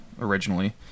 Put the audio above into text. originally